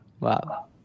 Wow